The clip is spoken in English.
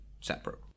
separate